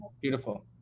beautiful